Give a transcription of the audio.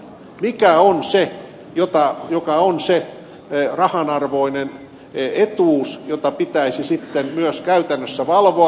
mikä on se joka on se rahan arvoinen etuus jota pitäisi sitten myös käytännössä valvoa